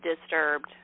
disturbed